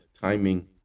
timing